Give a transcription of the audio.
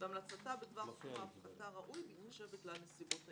והמלצתה בדבר סכום ההפחתה הראוי בהתחשב בכלל נסיבות העניין.